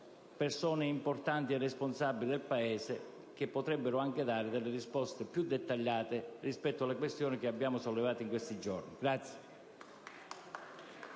persone importanti e responsabili del Paese che potrebbero dare delle risposte più dettagliate rispetto alle questioni che abbiamo sollevato in questi giorni.